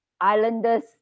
islanders